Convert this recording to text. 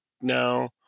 now